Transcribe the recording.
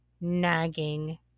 nagging